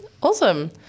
Awesome